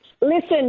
Listen